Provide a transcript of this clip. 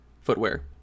footwear